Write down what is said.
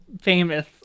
famous